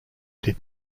did